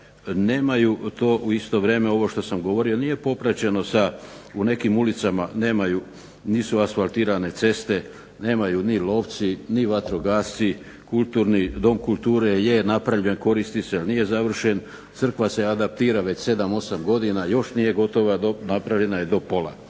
nemaju to u isto vrijeme ovo što sam govorio nije popraćeno sa u nekim ulicama nemaju, nisu asfaltirane ceste, nemaju ni lovci ni vatrogasci kulturni. Dom kulture je napravljen, koristi se, ali nije završen. Crkva se adaptira već 7, 8 godina još nije gotova, napravljena je do pola.